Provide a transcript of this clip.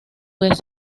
vez